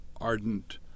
ardent